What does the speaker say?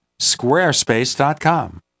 squarespace.com